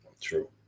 True